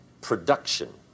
production